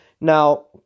Now